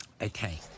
Okay